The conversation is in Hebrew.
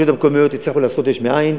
הרשויות המקומיות יצטרכו לעשות יש מאין.